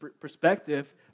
perspective